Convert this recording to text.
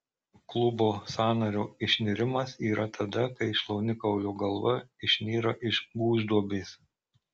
klubo sąnario išnirimas yra tada kai šlaunikaulio galva išnyra iš gūžduobės